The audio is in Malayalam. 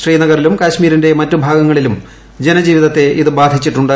ശ്രീനഗറിലും ക്യാശ്മീരിന്റെ മറ്റ് ഭാഗങ്ങളിലും ജനജീവിതത്തെ ഇത് ബാധിച്ചിട്ടുണ്ട്